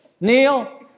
Neil